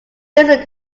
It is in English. listen